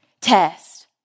test